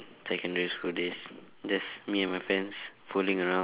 secondary school days just me and my friends fooling around